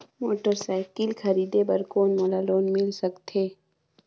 Motorcycle खरीदे बर कौन मोला लोन मिल सकथे?